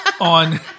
on